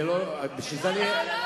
לא, לא, לא.